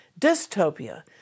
dystopia